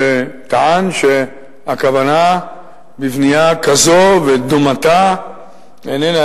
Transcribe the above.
וטען שהכוונה בבנייה כזאת ודומתה איננה